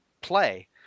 play